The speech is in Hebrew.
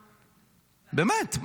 באמת.